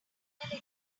final